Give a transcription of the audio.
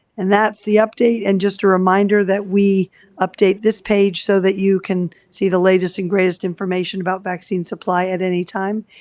and that's the update and just a reminder that we update this page so that you can see the latest and greatest information about vaccine supply at any time,